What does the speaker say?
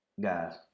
guys